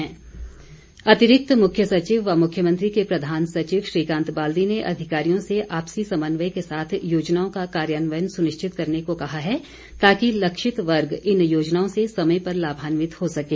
बाल्दी अतिरिक्त मुख्य सचिव व मुख्यमंत्री के प्रधान सचिव श्रीकांत बाल्दी ने अधिकारियों से आपसी समन्वय के साथ योजनाओं का कार्यान्वयन सुनिश्चित करने को कहा है ताकि लक्षित वर्ग इन योजनाओं से समय पर लाभान्वित हो सकें